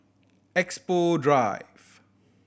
Expo Drive